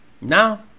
Now